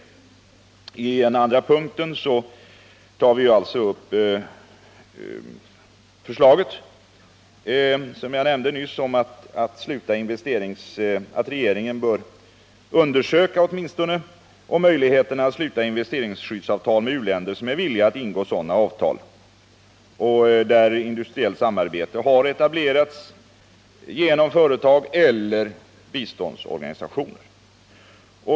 I en andra punkt hemställer vi att riksdagen uttalar sig för att regeringen undersöker möjligheterna att sluta investeringsskyddsavtal med u-länder som är villiga att ingå sådana avtal och med vilka industriellt samarbete har etablerats genom företag eller biståndsorganisationer.